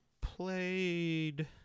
played